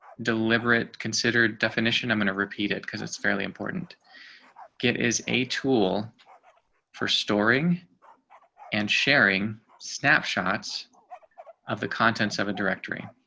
deliberate considered definition. i'm going to repeat it, because it's fairly important get is a tool for storing and sharing snapshots of the contents of the directory